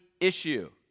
issue